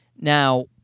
Now